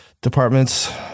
departments